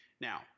Now